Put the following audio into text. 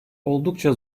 oldukça